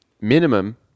minimum